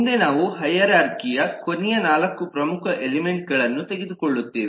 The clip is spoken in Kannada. ಮುಂದೆ ನಾವು ಹೈರಾರ್ಖಿಯ ಕೊನೆಯ 4 ಪ್ರಮುಖ ಎಲಿಮೆಂಟ್ಗಳನ್ನು ತೆಗೆದುಕೊಳ್ಳುತ್ತೇವೆ